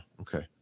okay